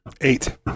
eight